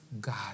God